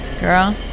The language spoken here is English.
Girl